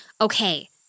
Okay